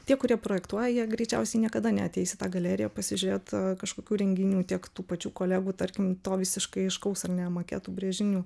tie kurie projektuoja jie greičiausiai niekada neateis į tą galeriją pasižiūrėt kažkokių renginių tiek tų pačių kolegų tarkim to visiškai aiškaus ar ne maketų brėžinių